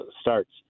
starts